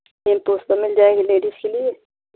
हेमपुष्पा मिल जाएगी लेडिस के लिए